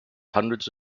hundreds